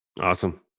Awesome